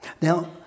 Now